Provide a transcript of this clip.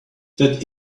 that